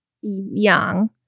young